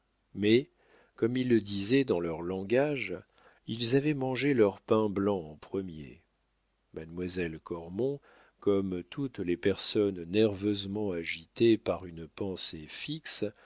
mais comme ils le disaient dans leur langage ils avaient mangé leur pain blanc en premier mademoiselle cormon comme toutes les personnes nerveusement agitées par une pensée fixe